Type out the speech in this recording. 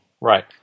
Right